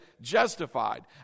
justified